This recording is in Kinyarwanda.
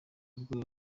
ubwo